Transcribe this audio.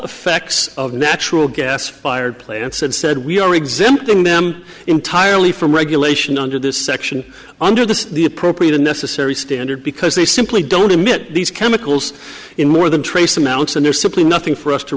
effects of natural gas fired plants and said we are exempting them entirely from regulation under this section under the the appropriate and necessary standard because they simply don't emit these chemicals in more than trace amounts and there's simply nothing for us to